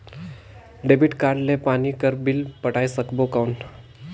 Debit card ले पानी कर बिल पटाय सकबो कौन?